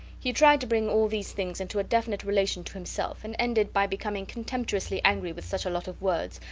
he tried to bring all these things into a definite relation to himself, and ended by becoming contemptuously angry with such a lot of words,